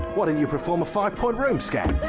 why didn't ya' perform a five point room scan?